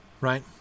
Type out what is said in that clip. right